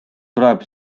tuleb